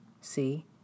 See